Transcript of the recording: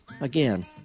Again